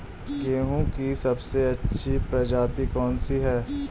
गेहूँ की सबसे अच्छी प्रजाति कौन सी है?